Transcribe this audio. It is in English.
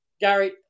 Gary